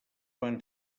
van